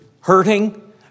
hurting